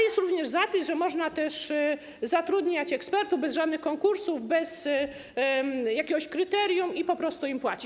Jest również zapis, że można też zatrudniać ekspertów bez żadnych konkursów, bez przyjęcia jakiegoś kryterium i po prostu im płacić.